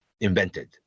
invented